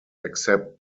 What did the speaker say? except